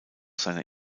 seiner